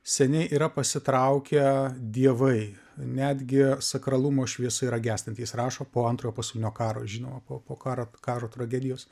seniai yra pasitraukę dievai netgi sakralumo šviesa yra gęstanti jis rašo po antrojo pasaulinio karo žinoma po po karo karo tragedijos